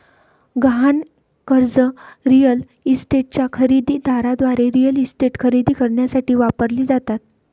गहाण कर्जे रिअल इस्टेटच्या खरेदी दाराद्वारे रिअल इस्टेट खरेदी करण्यासाठी वापरली जातात